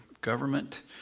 government